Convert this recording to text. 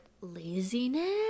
laziness